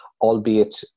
albeit